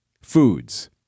Foods